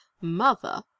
mother